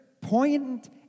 poignant